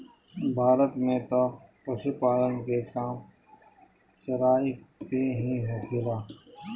भारत में तअ पशुपालन के काम चराई पे ही होखेला